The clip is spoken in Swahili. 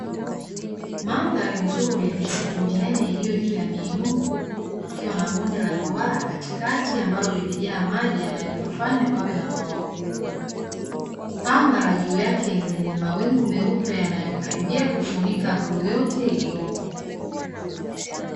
Mandhari nzuri ya misitu minene iliyo juu ya miinuko huku kukiwa na bonde la duara katikati ambalo limejaa maji yanayopafanya pawe na bwawa kubwa. Anga la juu yake ni lenye mawingu meupe yanayokaribia kufunika bluu yote iliyopo.